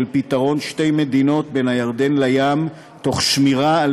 של פתרון שתי מדינות בין הירדן לים תוך שמירה על